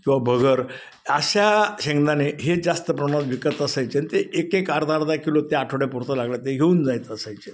किंवा भगर अशा शेंगदाणे हे जास्त प्रमाणात विकत असायचे आणि ते एक एक अर्धा अर्धा किलो ते आठवड्यापुरतं लागेल ते घेऊन जायच असायचे